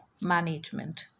management